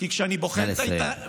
נא לסיים.